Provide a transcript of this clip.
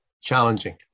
challenging